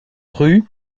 rue